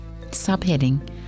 Subheading